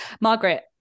Margaret